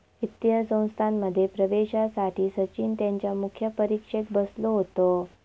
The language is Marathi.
वित्तीय संस्थांमध्ये प्रवेशासाठी सचिन त्यांच्या मुख्य परीक्षेक बसलो होतो